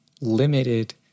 limited